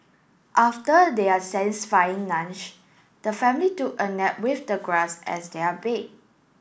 after their satisfying lunch the family took a nap with the grass as their bed